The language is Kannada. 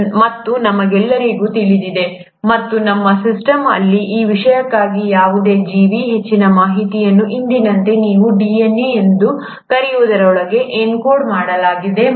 ಮತ್ತು ನಮಗೆಲ್ಲರಿಗೂ ತಿಳಿದಿದೆ ಮತ್ತು ನಮ್ಮ ಸಿಸ್ಟಮ್ ಅಲ್ಲಿ ಆ ವಿಷಯಕ್ಕಾಗಿ ಯಾವುದೇ ಜೀವಿ ಹೆಚ್ಚಿನ ಮಾಹಿತಿಯನ್ನು ಇಂದಿನಂತೆ ನೀವು DNA ಎಂದು ಕರೆಯುವುದರೊಳಗೆ ಎನ್ಕೋಡ್ ಮಾಡಲಾಗಿದೆ